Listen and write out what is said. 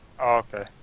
Okay